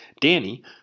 Danny